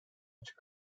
açık